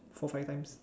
four five times